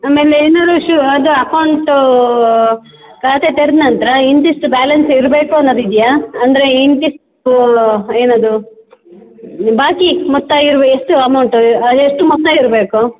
ಆಮೇಲೆ ಇನ್ನೊಂದು ವಿಷಯ ಅದು ಅಕೌಂಟೂ ಖಾತೆ ತೆರೆದ ನಂತರ ಇಂತಿಷ್ಟು ಬ್ಯಾಲೆನ್ಸ್ ಇರ್ಬೇಕು ಅನ್ನೋದು ಇದಿಯಾ ಅಂದರೆ ಇಂತಿಷ್ಟು ಏನದು ಬಾಕಿ ಮೊತ್ತ ಇರುವ ಎಷ್ಟು ಅಮೌಂಟ್ ಅದು ಅದೆಷ್ಟು ಮೊತ್ತ ಇರ್ಬೇಕು